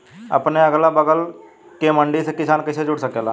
अपने अगला बगल के मंडी से किसान कइसे जुड़ सकेला?